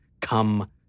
Come